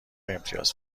امتیاز